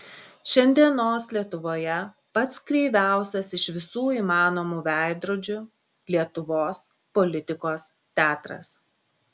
šiandienos lietuvoje pats kreiviausias iš visų įmanomų veidrodžių lietuvos politikos teatras